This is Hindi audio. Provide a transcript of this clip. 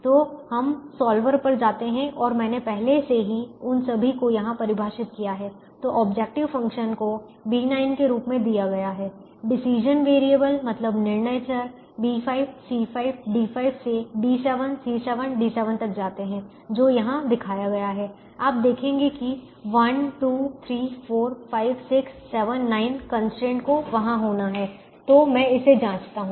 तो हम सॉल्वर पर जाते हैं और मैंने पहले से ही उन सभी को यहां परिभाषित किया है तो ऑब्जेक्टिव फ़ंक्शन को B9 के रूप में दिया गया है डिसीजन वेरिएबल मतलब निर्णय चर B5 C5 D5 से B7 C7 D7 तक जाते हैं जो यहां दिखाया गया है आप देखेंगे कि 1 2 3 4 5 6 7 9 कंस्ट्रेंट को वहाँ होना है तो मैं इसे जांचता हूं